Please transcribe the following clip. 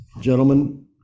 Gentlemen